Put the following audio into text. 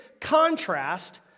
contrast